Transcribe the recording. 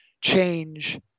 change